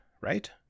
right